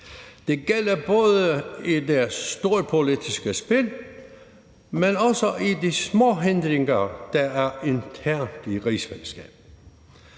Det gælder både i deres storpolitiske spil, men også med hensyn til de små hindringer, der er internt i rigsfællesskabet.